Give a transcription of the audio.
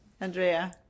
Andrea